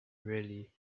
really